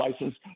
license